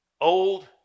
Old